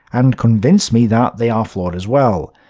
and convince me that they are flawed as well.